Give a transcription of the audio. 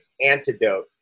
antidote